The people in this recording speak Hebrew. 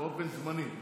באופן זמני.